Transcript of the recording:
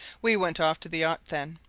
we went off to the yacht then.